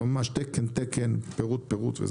ממש תקן-תקן, פירוט-פירוט.